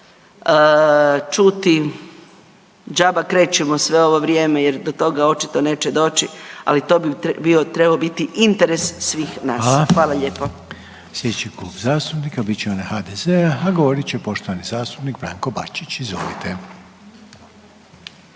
čuti, džaba krečimo sve ovo vrijeme jer do toga očito neće doći, ali to bi trebao biti interes svih nas. Hvala lijepo. **Reiner, Željko (HDZ)** Hvala. Sljedeći Klub zastupnika bit će onaj HDZ-a, a govorit će poštovani zastupnik Branko Bačić. Izvolite.